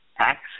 access